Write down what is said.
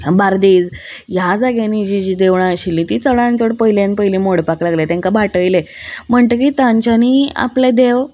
बार्देज ह्या जाग्यांनी जीं जीं देवळां आशिल्लीं तीं चडान चड पयल्यान पयली मोडपाक लागले तांकां बाटयले म्हणटगीर तांच्यानी आपले देव